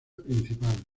principal